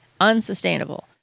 Unsustainable